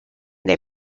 they